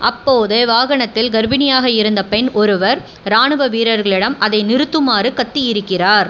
அப்போது வாகனத்தில் கர்ப்பிணியாக இருந்த பெண் ஒருவர் ராணுவ வீரர்களிடம் அதை நிறுத்துமாறு கத்தியிருக்கிறார்